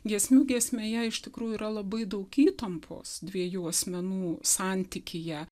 giesmių giesmėje iš tikrųjų yra labai daug įtampos dviejų asmenų santykyje